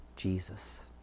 Jesus